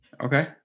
Okay